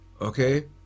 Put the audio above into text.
okay